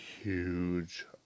huge